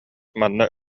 манна